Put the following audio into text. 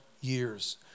years